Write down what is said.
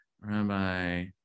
Rabbi